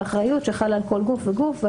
זו אחריות שחלה על כל גוף וגוף.